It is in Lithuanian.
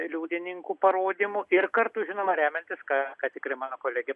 liudininkų parodymų ir kartu žinoma remiantis ką ką tik ir mano kolegė